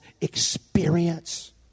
experience